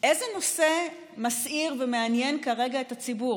איזה נושא מסעיר ומעניין כרגע את הציבור.